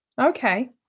okay